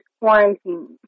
quarantine